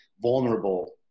vulnerable